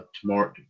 tomorrow